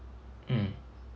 mm